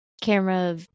Camera